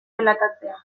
zelatatzea